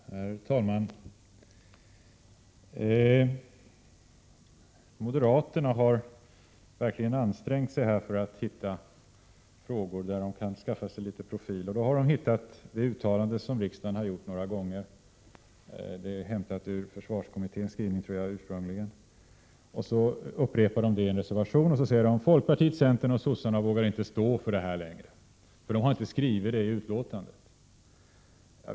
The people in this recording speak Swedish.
Herr talman! Moderaterna har verkligen ansträngt sig för att hitta frågor där de kan skaffa sig en profil. De har då hittat det uttalande som riksdagen har gjort några gånger och som ursprungligen var försvarskommitténs skrivning. Moderaterna upprepar detta i en reservation och säger att folkpartiet, centern och socialdemokraterna inte längre vågar stå för detta uttalande eftersom de inte har skrivit det i betänkandet.